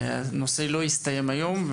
הנושא לא יסתיים היום.